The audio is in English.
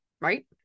right